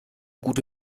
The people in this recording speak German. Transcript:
gute